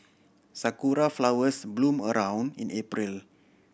sakura flowers bloom around in April